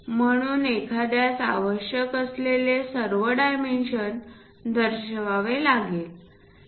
म्हणून एखाद्यास आवश्यक असलेले सर्व डायमेन्शन दर्शवावे लागतील